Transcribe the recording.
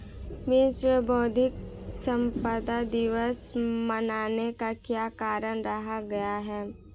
विश्व बौद्धिक संपदा दिवस मनाने का क्या कारण रहा होगा?